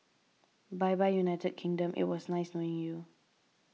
bye bye United Kingdom it was nice knowing you